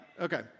okay